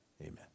Amen